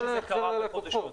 כפי שזה קרה בחודש אוגוסט.